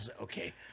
okay